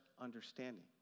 understanding